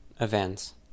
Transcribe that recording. events